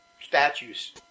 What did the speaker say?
statues